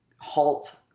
halt